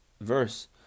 verse